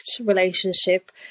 relationship